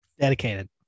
Dedicated